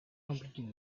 completing